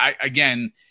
again